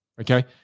Okay